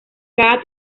cada